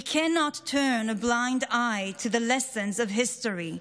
We cannot turn a blind eye to the lessons of history,